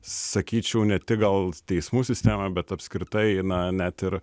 sakyčiau ne tik gal teismų sistemoj bet apskritai na net ir